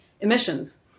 emissions